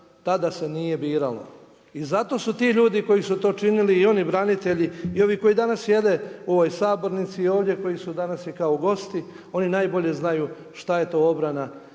tada se nije biralo. I zato su ti ljudi koji su to činili i oni branitelji i oni koji danas sjede u ovoj sabornici i ovdje koji su danas i kao gosti, oni najbolje znaju šta je to obrana